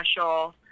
special